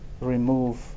remove